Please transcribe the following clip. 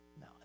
No